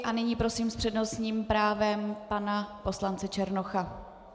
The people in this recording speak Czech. A nyní prosím s přednostním právem pana poslance Černocha.